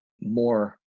more